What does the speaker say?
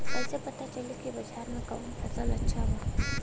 कैसे पता चली की बाजार में कवन फसल अच्छा बा?